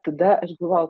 tada aš galvojau